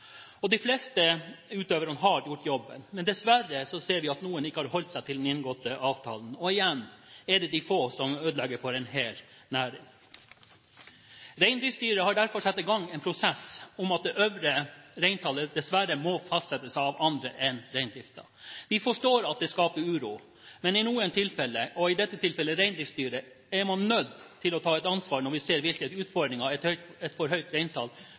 De fleste utøvere har gjort jobben, men dessverre ser vi at noen ikke har holdt seg til den inngåtte avtalen, og igjen er det de få som ødelegger for en hel næring. Reindriftsstyret har derfor satt i gang en prosess om at det øvre reintallet dessverre må fastsettes av andre enn reindriften. Vi forstår at det skaper uro, men i noen tilfeller – i dette tilfellet Reindriftsstyret – er man nødt til å ta et ansvar når man ser hvilke utfordringer et for høyt reintall totalt sett skaper for